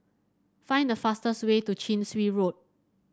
find the fastest way to Chin Swee Road